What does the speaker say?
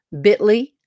bit.ly